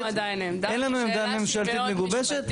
אין לנו עמדה ממשלתית מגובשת.